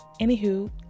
Anywho